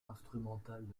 instrumentales